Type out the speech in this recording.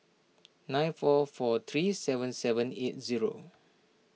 nine four four three seven seven eight zero